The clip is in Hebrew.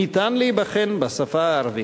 ניתן להיבחן בשפה הערבית.